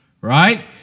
right